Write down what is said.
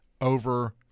over